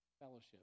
Fellowship